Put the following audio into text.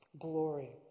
glory